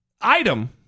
item